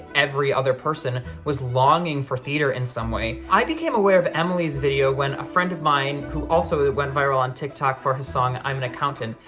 every other person was longing for theater in some way. i became aware of emily's video when a friend of mine, who also ah went viral on tiktok for his song, i'm an accountant,